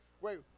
Wait